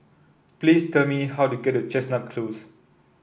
please tell me how to get to Chestnut Close